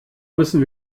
müssen